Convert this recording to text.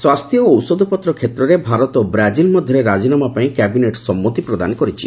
ସ୍ୱାସ୍ଥ୍ୟ ଓ ଔଷଧପତ୍ର କ୍ଷେତ୍ରରେ ଭାରତ ଓ ବ୍ରାଜିଲ ମଧ୍ୟରେ ରାଜିନାମା ପାଇଁ କ୍ୟାବିନେଟ୍ ସମ୍ମତି ପ୍ରଦାନ କରିଛନ୍ତି